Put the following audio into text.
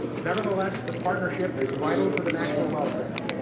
nevertheless, the partnership is vital to the national welfare,